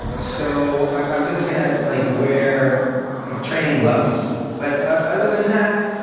so i'm just going to like wear like training gloves but other than that,